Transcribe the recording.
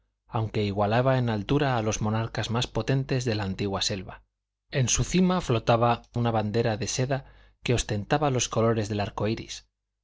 aunque igualaba en altura a los monarcas más potentes de la antigua selva en su cima flotaba una bandera de seda que ostentaba los colores del